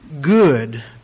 good